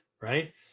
right